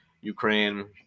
Ukraine